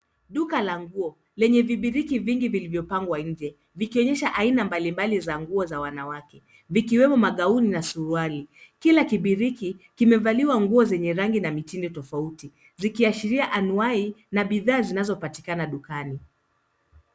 Duka la nguo, lenye vibiriki vingi vilivyopangwa nje, vikionyesha aina mbalimbali za nguo za wanawake, vikiwemo magauni na suruali. Kila kibiriki kimevaliwa nguo zenye rangi na mitindo tofauti, zikiashiria anwai na bidhaa zinazopatikana dukani.